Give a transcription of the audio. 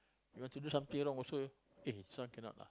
you want to do something wrong also eh this one cannot lah